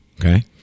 Okay